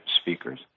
speakers